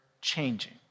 changing